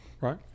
Right